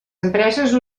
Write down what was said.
empreses